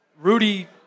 Rudy